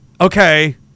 okay